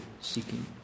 seeking